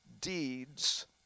deeds